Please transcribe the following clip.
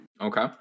Okay